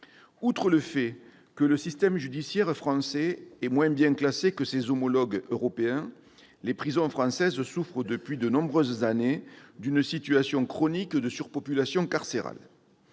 Outre le fait que le système judiciaire français est moins bien classé que ses homologues européens, les prisons françaises souffrent depuis de nombreuses années d'une situation chronique de surpopulation carcérale.